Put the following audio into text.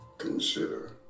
consider